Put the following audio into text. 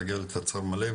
להגיע לתצ"ר מלא,